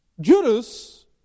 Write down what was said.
Judas